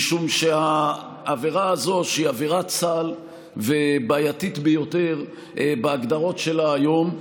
משום שהעבירה הזאת היא עבירת סל והיא בעייתית ביותר בהגדרות שלה היום.